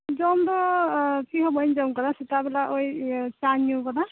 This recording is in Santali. ᱡᱚᱢ ᱫᱚ ᱪᱮᱫ ᱦᱚᱸ ᱵᱟᱹᱧ ᱡᱚᱢ ᱟᱠᱟᱫᱟ ᱥᱮᱛᱟᱜ ᱵᱮᱞᱟ ᱳᱭ ᱤᱭᱟᱹ ᱪᱟᱧ ᱧᱩ ᱟᱠᱟᱫᱟ